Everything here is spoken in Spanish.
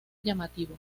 llamativo